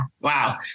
Wow